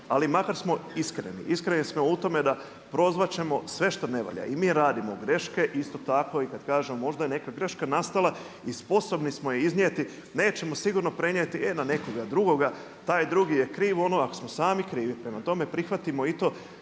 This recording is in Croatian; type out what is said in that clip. Ali makar smo iskreni, iskreni smo u tome da prozvat ćemo sve što ne valja. I mi radimo greške. Isto tako i kada kažemo možda je neka greška nastala i sposobni smo je iznijeti, nećemo sigurno prenijeti e na nekoga drugoga, taj drugi je kriv ako smo sami krivi. Prema tome prihvatimo i to.